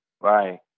Right